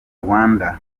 rwanda